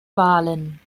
wahlen